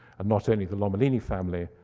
and not only the lomellini family,